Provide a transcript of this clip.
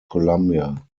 columbia